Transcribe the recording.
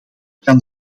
kan